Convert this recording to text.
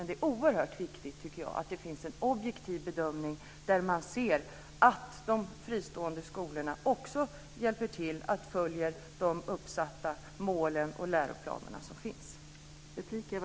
Det är oerhört viktigt att det görs en objektiv bedömning där man ser att de fristående skolorna också följer de uppsatta målen och läroplanerna.